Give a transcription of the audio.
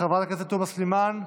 חברת הכנסת תומא סלימאן,